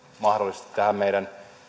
mahdollisesti tähän meidän